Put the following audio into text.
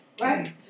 Right